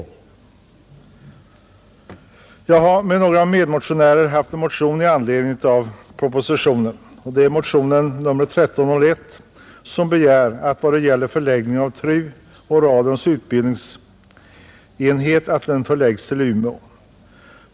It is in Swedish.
Jag har tillsammans med några medmotionärer väckt en motion i anledning av propositionen. Det är motion nr 1301, där vi begär att TRU-kommittén och Sveriges Radios utbildningsenhet förlägges till Umeå.